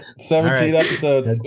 seventeen episodes.